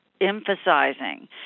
emphasizing